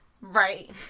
Right